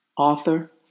author